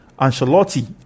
Ancelotti